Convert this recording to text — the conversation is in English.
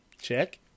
Check